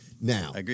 Now